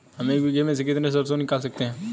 हम एक बीघे में से कितनी सरसों निकाल सकते हैं?